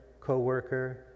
co-worker